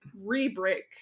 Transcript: re-break